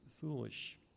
foolish